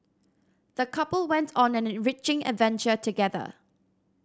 the couple went on an enriching adventure together